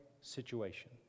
situation